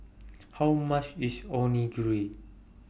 How much IS Onigiri